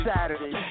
Saturday